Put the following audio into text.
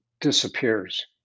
disappears